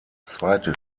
zweite